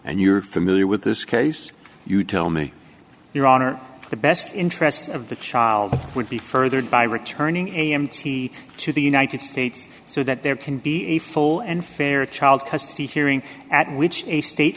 and you're familiar with this case you tell me your honor the best interests of the child would be furthered by returning a m t to the united states so that there can be a full and fair child custody hearing at which a state